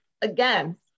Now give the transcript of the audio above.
Again